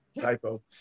typo